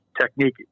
technique